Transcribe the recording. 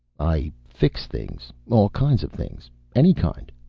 i fix things. all kinds of things. any kind.